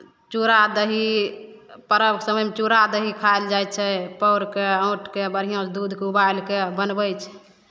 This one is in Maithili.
चूड़ा दही पर्व सभमे चूड़ा दही खायल जाइ छै पौर कऽ औंट कऽ बढ़िआँसँ दूधकेँ उबालि कऽ बनबै छै